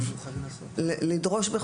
כדי לדרוש,